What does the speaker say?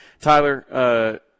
Tyler